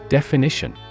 Definition